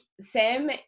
Sam